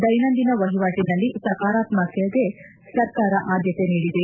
ದ್ವೆನಂದಿನ ವಹಿವಾಟಿನಲ್ಲಿ ಸಕಾರಾತ್ಮಕತೆಗೆ ಸರ್ಕಾರ ಆದ್ಯತೆ ನೀಡಿದೆ